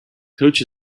coach